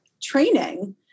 training